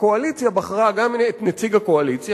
הקואליציה בחרה גם את נציג הקואליציה,